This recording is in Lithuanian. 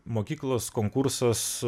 mokyklos konkursas